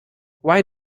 why